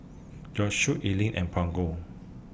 Josue Ellyn and Brogan